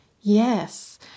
Yes